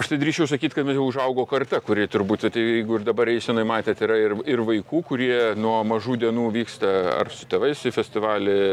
aš tai drįsčiau sakyt kad jau užaugo karta kuri turbūt atėjo jeigu ir dabar eisenoj matėt yra ir ir vaikų kurie nuo mažų dienų vyksta ar su tėvais į festivalį